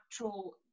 natural